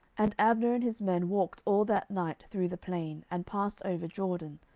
and abner and his men walked all that night through the plain, and passed over jordan,